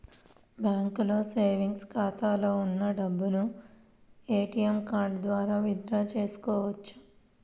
బ్యాంకులో సేవెంగ్స్ ఖాతాలో ఉన్న డబ్బును ఏటీఎం కార్డు ద్వారా విత్ డ్రా చేసుకోవచ్చు